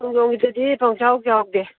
ꯈꯣꯡꯖꯣꯝꯒꯤꯗꯨꯗꯤ ꯄꯪꯆꯥꯎ ꯆꯥꯎꯗꯦ